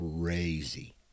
crazy